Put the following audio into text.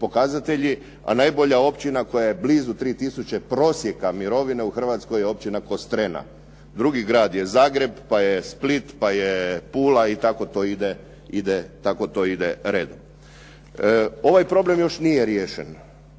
pokazatelji. A najbolja općina koja je blizu 3 tisuće prosjeka mirovine je općina Kostrena. Drugi grad je Zagreb, pa je Split, pa je Pula i tako to ide redom. Ovaj problem još nije riješen.